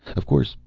of course,